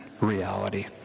reality